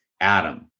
Adam